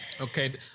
Okay